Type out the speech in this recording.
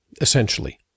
essentially